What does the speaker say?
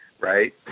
right